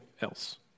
else